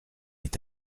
est